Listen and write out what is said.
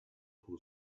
who